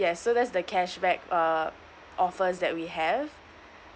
yes so that's the cashback uh offers that we have